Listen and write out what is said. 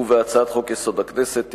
ובהצעת חוק-יסוד: הכנסת (תיקון,